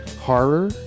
horror